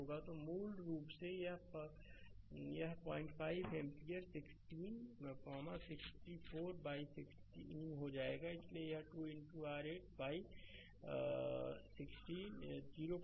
तो मूल रूप से यह 05 एम्पीयर 16 64 बाइ 16 हो जाएगा इसलिए यह 2 r 8 8बाइ 16 05 एंपिय रहोगा